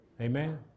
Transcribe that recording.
Amen